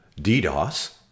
DDoS